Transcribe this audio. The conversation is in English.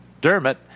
Dermot